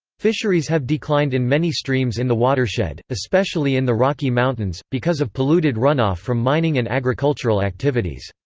fisheries have declined in many streams in the watershed, especially in the rocky mountains, because of polluted runoff from mining and agricultural activities.